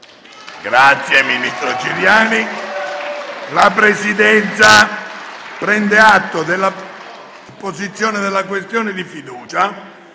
nuova finestra"). La Presidenza prende atto della posizione della questione di fiducia